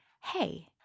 hey